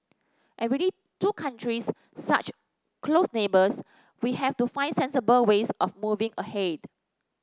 and really two countries such close neighbours we have to find sensible ways of moving ahead